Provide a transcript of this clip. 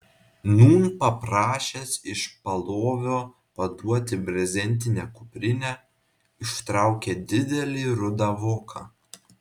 nūn paprašęs iš palovio paduoti brezentinę kuprinę ištraukė didelį rudą voką